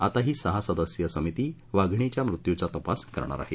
आता ही सहा सदस्यीय समिती या वाधीणीच्या मृत्यूचा तपास करणार आहे